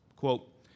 Quote